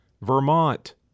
Vermont